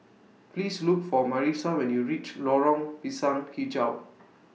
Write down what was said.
Please Look For Marisa when YOU REACH Lorong Pisang Hijau